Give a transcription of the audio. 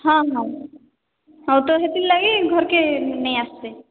ହଁ ହଁ ହେଉ ତ ସେଥିର୍ ଲାଗି ଘରକେ ନେଇଆସିବେ